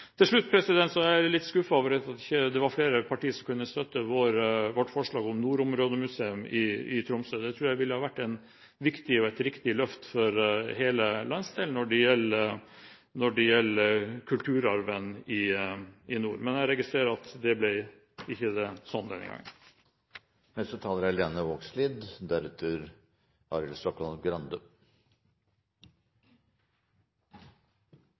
Til slutt: Jeg er litt skuffet over at det ikke var flere partier som kunne støtte vårt forslag om nordområdemuseum i Tromsø. Det tror jeg ville ha vært et viktig og riktig løft for hele landsdelen når det gjelder kulturarven i nord. Men jeg registrerer at det ikke ble sånn denne gangen. Eg er